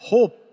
Hope।